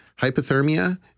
Hypothermia